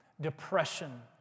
depression